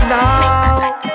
now